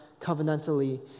covenantally